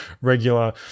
regular